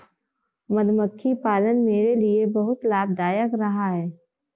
मधुमक्खी पालन मेरे लिए बहुत लाभदायक रहा है